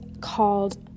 called